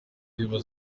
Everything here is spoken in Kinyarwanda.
ziba